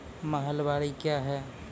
महलबाडी क्या हैं?